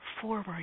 forward